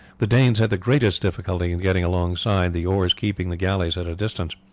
the danes had the greatest difficulty in getting alongside, the oars keeping the galleys at a distance.